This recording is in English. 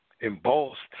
embossed